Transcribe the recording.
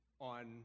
on